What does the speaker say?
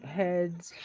heads